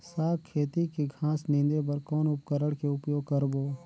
साग खेती के घास निंदे बर कौन उपकरण के उपयोग करबो?